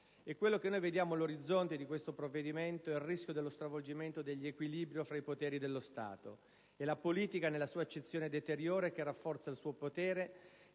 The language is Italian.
Ciò che si intravede all'orizzonte di questo provvedimento è il rischio dello stravolgimento degli equilibri fra i poteri dello Stato. É la politica nella sua accezione deteriore che rafforza il suo potere